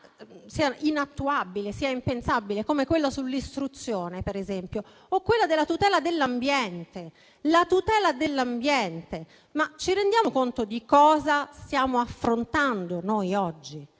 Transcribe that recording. sia inattuabile e impensabile, come per esempio quella sull'istruzione, o quella della tutela dell'ambiente. La tutela dell'ambiente! Ci rendiamo conto di cosa stiamo affrontando noi, oggi?